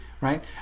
right